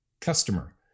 customer